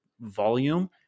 volume